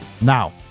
now